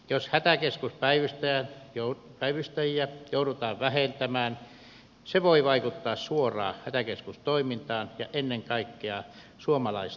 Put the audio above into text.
jos hätäkeskuspäivystäjiä joudutaan vähentämään se voi vaikuttaa suoraan hätäkeskustoimintaan ja ennen kaikkea suomalaisten turvallisuuteen